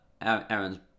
Aaron's